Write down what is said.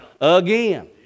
again